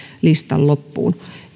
listan loppuun